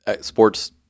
sports